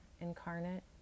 incarnate